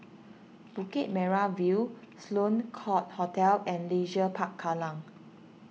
Bukit Merah View Sloane Court Hotel and Leisure Park Kallang